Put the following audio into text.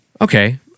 Okay